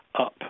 up